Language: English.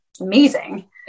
amazing